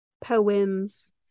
Poems